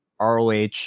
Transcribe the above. ROH